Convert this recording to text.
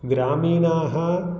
ग्रामीणाः